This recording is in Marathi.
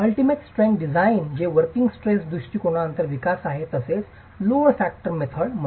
अलटीमेट स्ट्रेंग्थ डिसाईन जे वोर्किंग स्ट्रेस दृष्टिकोणानंतर विकास आहे तसेच लोड फॅक्टर पद्धत load factor method